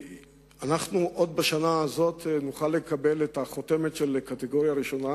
עוד בשנה הזאת נוכל לקבל את החותמת של הקטגוריה הראשונה,